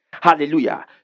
Hallelujah